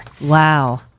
Wow